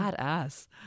Badass